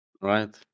Right